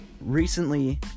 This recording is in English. recently